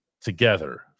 together